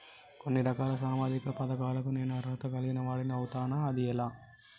కొన్ని రకాల సామాజిక పథకాలకు నేను అర్హత కలిగిన వాడిని అవుతానా? అది ఎలా?